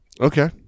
okay